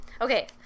Okay